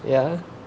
yeah